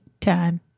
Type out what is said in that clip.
time